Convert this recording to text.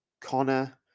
Connor